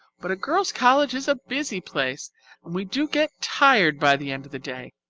but a girls' college is a busy place and we do get tired by the end of the day!